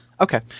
Okay